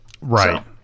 Right